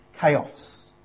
chaos